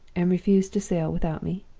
and refuse to sail without me?